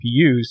GPUs